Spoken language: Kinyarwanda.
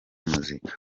muzika